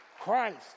Christ